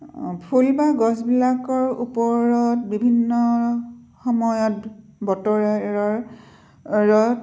অঁ ফুল বা গছবিলাকৰ ওপৰত বিভিন্ন সময়ত বতৰৰ অৰৰ